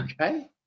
okay